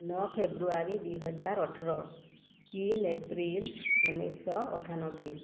ନଅ ଫେବୃଆରୀ ଦୁଇହଜାର ଅଠର ତିନି ଏପ୍ରିଲ୍ ଉଣେଇଶି ଅଠାନବେ